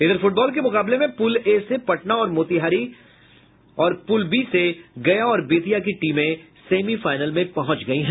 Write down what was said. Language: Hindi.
इधर फुटबॉल के मुकाबले में पूल ए से पटना और मोतिहारी और पूल बी से गया और बेतिया की टीमें सेमीफाइनल में पहुंच गयी हैं